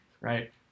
right